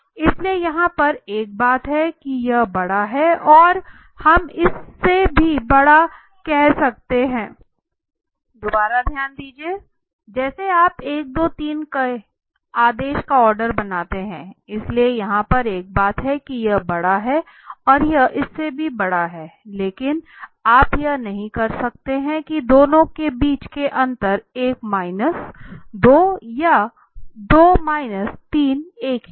इसलिए यहां पर एक बात है कि यह बड़ा है और यह इससे भी बड़ा है लेकिन आप यह नहीं कह सकते कि दोनों के बीच का अंतर एक माइनस दो और 2 माइनस 3 एक ही हैं